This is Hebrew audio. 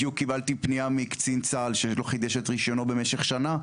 בדיוק קיבלתי פנייה מקצין צה"ל שלא חידש את רישיונו במשך שנה,